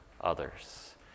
others